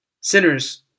Sinners